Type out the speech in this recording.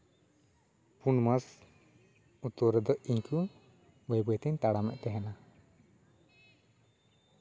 ᱯᱩᱱ ᱢᱟᱥ ᱩᱛᱟᱹᱨ ᱨᱮᱫᱚ ᱤᱧ ᱛᱮ ᱵᱟᱹᱭᱼᱵᱟᱹᱭ ᱛᱤᱧ ᱛᱟᱲᱟᱢᱮᱫ ᱛᱟᱦᱮᱱᱟ